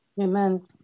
Amen